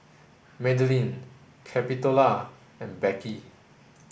Madelyn Capitola and Becky